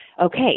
Okay